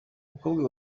umukobwa